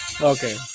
okay